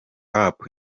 app